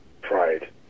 pride